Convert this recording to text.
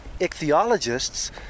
Ichthyologists